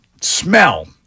smell